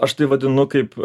aš tai vadinu kaip